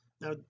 now